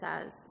says